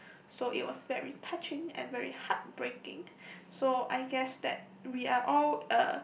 so it was very touching and very heartbreaking so I guess that we are all uh